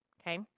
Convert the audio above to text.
okay